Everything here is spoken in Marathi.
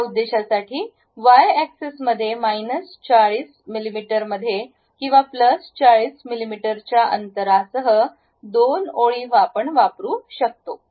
त्या उद्देशासाठी वाय एक्सेस मध्ये मायनस 40 मिमी मध्ये किंवा प्लस 40 मिमीच्या अंतरासह दोन ओळी आपण वापरू शकतो